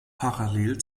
parallel